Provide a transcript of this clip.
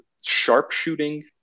sharpshooting